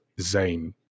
zane